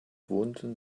wohnten